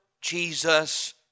Jesus